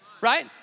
right